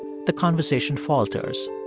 the conversation falters.